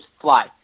fly